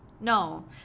No